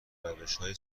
روشهای